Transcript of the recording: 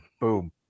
boom